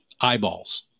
eyeballs